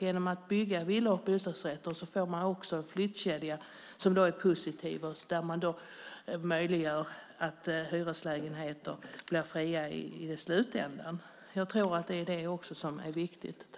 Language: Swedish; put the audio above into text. Genom att man bygger villor och bostadsrätter får man nämligen en flyttkedja som är positiv. Detta möjliggör att hyreslägenheter i slutändan blir lediga. Jag tror att det också är viktigt.